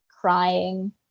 crying